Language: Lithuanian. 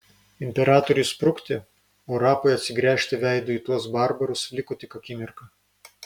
imperatoriui sprukti o rapui atsigręžti veidu į tuos barbarus liko tik akimirka